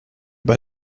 bei